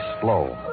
slow